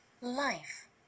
life